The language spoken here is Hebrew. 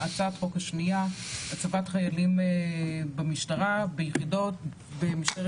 הצעת החוק השנייה: הצבת חיילים במשטרה ביחידות במשטרת